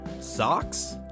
Socks